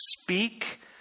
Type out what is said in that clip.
speak